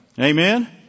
Amen